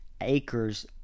Acres